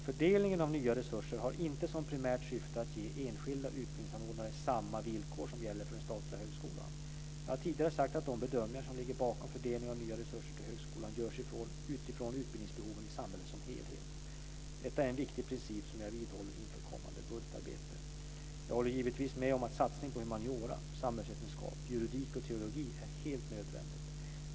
Fördelningen av nya resurser har inte som primärt syfte att ge enskilda utbildningsanordnare samma villkor som gäller för den statliga högskolan. Jag har tidigare sagt att de bedömningar som ligger bakom fördelningen av nya resurser till högskolan görs utifrån utbildningsbehoven i samhället som helhet. Detta är en viktig princip som jag vidhåller inför kommande budgetarbete. Jag håller givetvis med om att satsningen på humaniora, samhällsvetenskap, juridik och teologi är helt nödvändig.